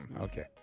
Okay